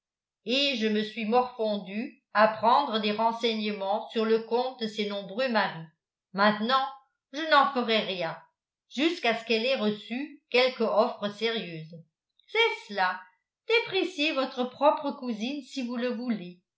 et je me suis morfondu à prendre des renseignements sur le compte de ses nombreux maris maintenant je n'en ferai rien jusqu'à ce qu'elle ait reçu quelque offre sérieuse c'est cela dépréciez votre propre cousine si vous le voulez